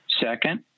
Second